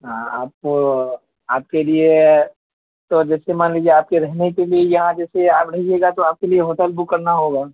ہاں آپ کو آپ کے لیے تو جیسے مان لیجیے آپ کے رہنے کے لیے یہاں جیسے آپ رہیے گا تو آپ کے لیے ہوٹل بک کرنا ہوگا